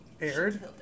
aired